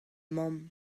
mamm